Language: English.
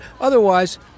otherwise